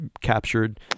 captured